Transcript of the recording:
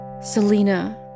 Selena